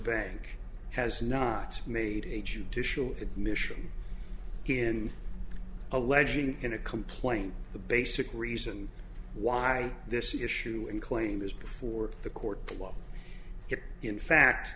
bank has not made a judicial admission in alleging in a complaint the basic reason why this issue and claim is before the court of law if in fact